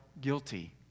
Guilty